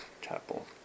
chapel